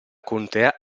contea